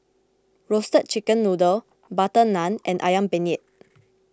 Roasted Chicken Noodle Butter Naan and Ayam Penyet